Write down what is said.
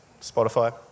Spotify